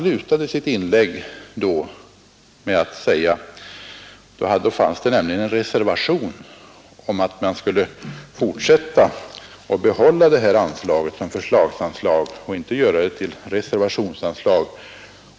Det förelåg nämligen då en reservation om att detta anslag skulle bibehållas som förslagsanslag och inte göras till ett reservationsanslag.